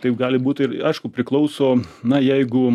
taip gali būt ir aišku priklauso na jeigu